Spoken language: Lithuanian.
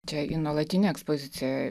čia į nuolatinę ekspoziciją